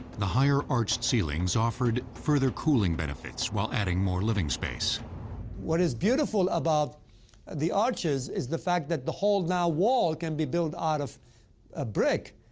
the higher, arched ceilings offered further cooling benefits while adding more living space. saliba what is beautiful about the arches is the fact that the whole, now, wall can be built out of ah brick,